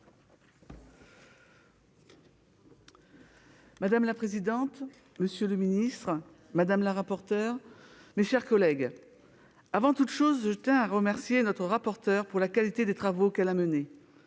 Madame la présidente, monsieur le ministre, mes chers collègues, avant toute chose, je tiens à remercier notre rapporteure pour la qualité des travaux qu'elle a menés.